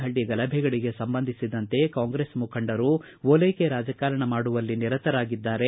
ಹಳ್ಳ ಗಲಭೆಗಳಿಗೆ ಸಂಬಂಧಿಸಿದಂತೆ ಕಾಂಗ್ರೆಸ್ ಮುಖಂಡರು ಓಲೈಕೆ ರಾಜಕಾರಣ ಮಾಡುವಲ್ಲಿ ನಿರತರಾಗಿದ್ದಾರೆ